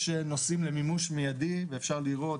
יש נושאים למימוש מיידי ואפשר לראות,